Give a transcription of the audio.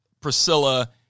Priscilla